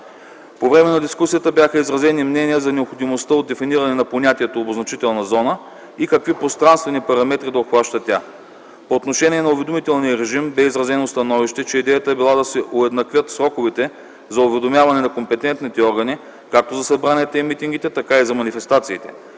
По време на дискусията бяха изразени мнения за необходимостта от дефиниране на понятието „обозначителна зона” и какви пространствени параметри да обхваща тя. По отношение на уведомителния режим бе изразено становище, че идеята е била да се уеднаквят сроковете за уведомяване на компетентните органи както за събранията и митингите, така и за манифестациите.